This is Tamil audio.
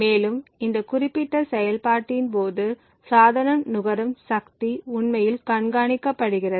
மேலும் இந்த குறிப்பிட்ட செயல்பாட்டின் போது சாதனம் நுகரும் சக்தி உண்மையில் கண்காணிக்கப்படுகிறது